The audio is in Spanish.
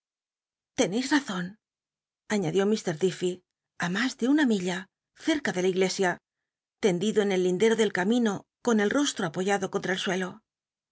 l'encis tnzou aiiadiú ilr tift'ey ti mas de una milla cetca de la iglesia tendido en el lindero del ca mino con el rostro apoyado contra el suelo